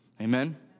Amen